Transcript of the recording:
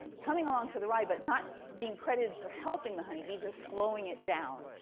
coming along for the ride, but not being credited for helping the honeybees, just slowing it down.